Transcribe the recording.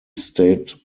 state